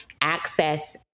access